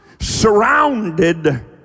surrounded